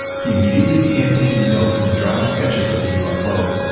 he immediately began taking notes and drawing sketches of the ufo,